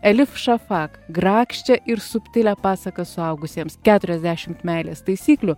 elif šafak grakščią ir subtilią pasaką suaugusiems keturiasdešimt meilės taisyklių